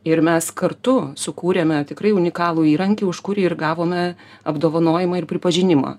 ir mes kartu sukūrėme tikrai unikalų įrankį už kurį ir gavome apdovanojimą ir pripažinimą